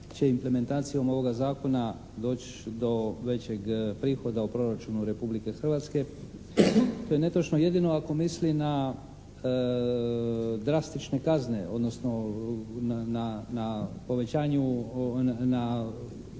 će implementacijom ovog zakona doći do većeg prihoda u proračunu Republike Hrvatske. To je netočno jedino ako misli na drastične kazne odnosno na kazne